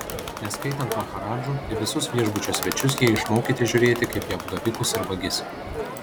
neskaitant maharadžų į visus viešbučio svečius jie išmokyti žiūrėti kaip į apgavikus ir vagis